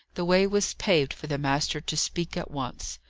the way was paved for the master to speak at once.